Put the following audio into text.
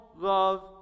love